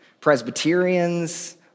Presbyterians